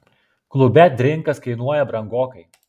klube drinkas kainuoja brangokai